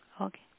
Okay